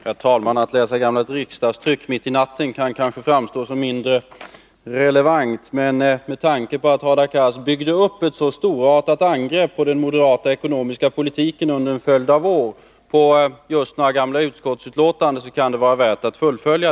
Herr talman! Att läsa ur gamla riksdagstryck mitt i natten kan kanske framstå såsom mindre relevant. Men med tanke på att Hadar Cars byggde upp ett så stortartat angrepp på den moderata ekonomiska politiken under en följd av år just på några gamla utskottsbetänkanden kan hans förfarande vara värt att fullfölja.